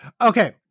Okay